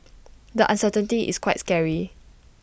the uncertainty is quite scary